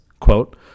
quote